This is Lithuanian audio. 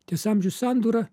ties amžių sandūra